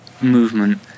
movement